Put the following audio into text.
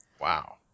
Wow